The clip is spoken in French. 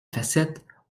facettes